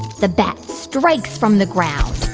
the bat strikes from the ground.